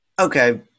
Okay